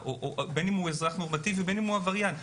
בין אם הוא אזרח נורמטיבי ובין אם עבריין,